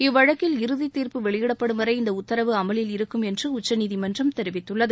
இவ்வழக்கில் இறுதி தீர்ப்பு வெளியிடப்படும்வரை இந்த உத்தரவு அமவில் இருக்கும் என்று உச்சநீதிமன்றம் தெரிவித்துள்ளது